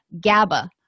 GABA